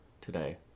today